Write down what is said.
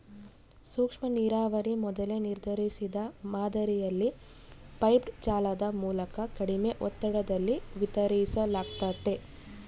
ಸೂಕ್ಷ್ಮನೀರಾವರಿ ಮೊದಲೇ ನಿರ್ಧರಿಸಿದ ಮಾದರಿಯಲ್ಲಿ ಪೈಪ್ಡ್ ಜಾಲದ ಮೂಲಕ ಕಡಿಮೆ ಒತ್ತಡದಲ್ಲಿ ವಿತರಿಸಲಾಗ್ತತೆ